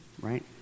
right